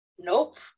Nope